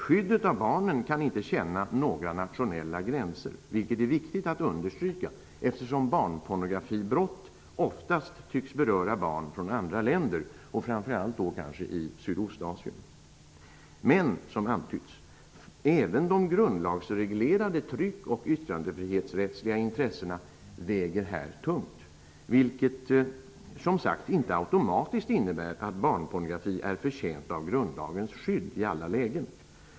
Skyddet av barnen kan inte känna några nationella gränser, vilket är viktigt att understryka eftersom barnpornografibrott oftast tycks beröra barn från andra länder, framför allt kanske från Som har antytts väger de grundlagsreglerade tryckoch yttrandefrihetsrättsliga intressena även här tungt, vilket dock inte automatiskt innebär att barnpornografi är förtjänt av grundlagens skydd i alla lägen.